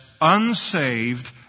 unsaved